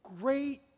great